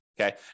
Okay